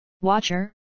Watcher